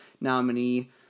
nominee